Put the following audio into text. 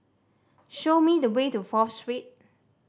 show me the way to Fourth Street